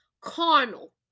carnal